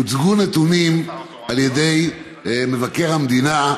הוצגו נתונים על ידי מבקר המדינה.